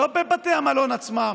לא בבתי המלון עצמם,